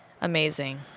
amazing